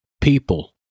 People